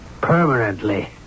Permanently